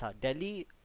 Delhi